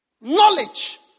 Knowledge